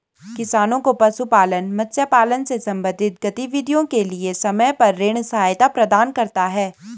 किसानों को पशुपालन, मत्स्य पालन से संबंधित गतिविधियों के लिए समय पर ऋण सहायता प्रदान करता है